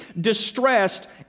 distressed